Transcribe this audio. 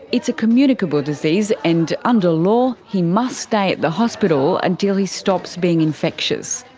it's a communicable disease and under law he must stay at the hospital until he stops being infectious.